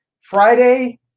Friday